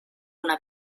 una